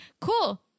Cool